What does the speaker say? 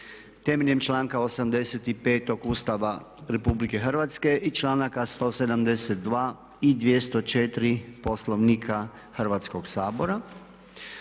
temeljem članka 85. Ustava Republike Hrvatske i članaka 172. i 204. Poslovnika Hrvatskog sabora.